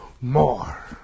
more